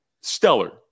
stellar